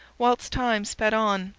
whilst time sped on,